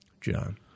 John